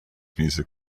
music